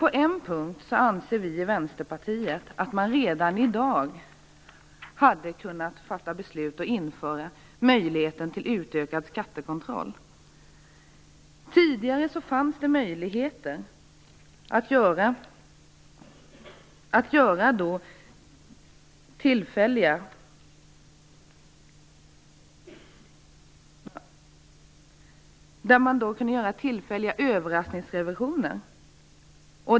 På en punkt anser dock vi i Vänsterpartiet att man redan i dag hade kunnat fatta beslut och införa en möjlighet till utökad skattekontroll. Tidigare fanns det möjlighet att göra tillfälliga överraskningsrevisioner.